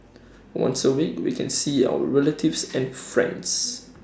once A week we can see our relatives and friends